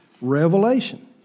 revelation